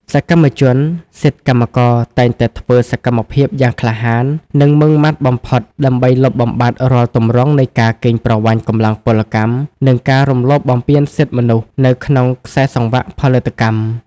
សកម្មជនសិទ្ធិកម្មករតែងតែធ្វើសកម្មភាពយ៉ាងក្លាហាន និងម៉ឺងម៉ាត់បំផុត ដើម្បីលុបបំបាត់រាល់ទម្រង់នៃការកេងប្រវ័ញ្ចកម្លាំងពលកម្ម និងការរំលោភបំពានសិទ្ធិមនុស្សនៅក្នុងខ្សែសង្វាក់ផលិតកម្ម។